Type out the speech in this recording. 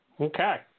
Okay